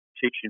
teaching